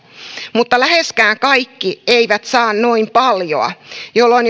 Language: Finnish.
mutta läheskään kaikki eivät saa noin paljoa jolloin